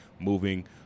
moving